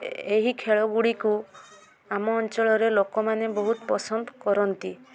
ଏହି ଖେଳଗୁଡ଼ିକୁ ଆମ ଅଞ୍ଚଳର ଲୋକମାନେ ବହୁତ ପସନ୍ଦ କରନ୍ତି